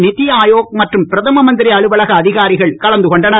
நீத்தி ஆயோக் மற்றும் பிரதம மந்திரி அலுவலக அதிகாரிகள் கலந்துகொண்டனர்